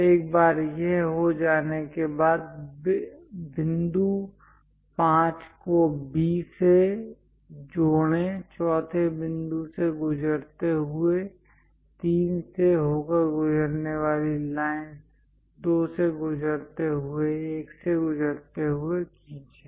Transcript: एक बार यह हो जाने के बाद बिंदु 5 को B से जोड़ें चौथे बिंदु से गुजरते हुए 3 से होकर गुजरने वाली लाइनस् 2 से गुज़रते हुए 1 से गुज़रते हुए खींचे